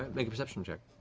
make a perception check.